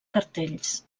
cartells